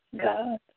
God